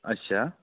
अच्छा